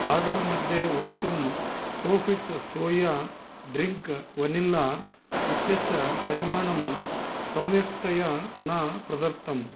order मध्ये उक्तं Sofit soya drink vanilla इत्यस्य परिमाणं संयक्तया न प्रदत्तम्